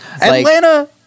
Atlanta